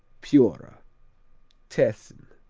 piora tessin,